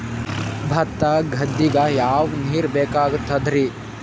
ಭತ್ತ ಗದ್ದಿಗ ಯಾವ ನೀರ್ ಬೇಕಾಗತದರೀ?